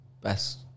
best